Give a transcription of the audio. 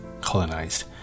colonized